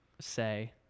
say